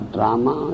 Drama